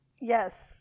yes